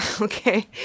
Okay